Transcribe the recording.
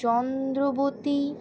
Chandrabati